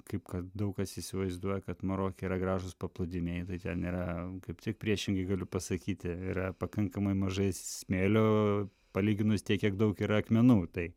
kaip kad daug kas įsivaizduoja kad maroke yra gražūs paplūdimiai tai ten yra kaip tik priešingai galiu pasakyti yra pakankamai mažai smėlio palyginus tiek kiek daug yra akmenų tai